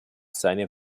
seine